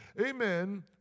Amen